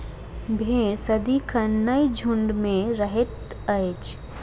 भेंड़ सदिखन नै झुंड मे रहैत अछि